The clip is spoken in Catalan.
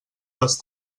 les